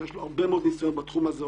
שיש לו הרבה מאוד ניסיון בתחום הזה,